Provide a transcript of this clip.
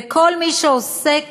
וכל מי שעוסק